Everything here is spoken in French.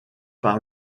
par